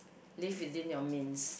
live within your means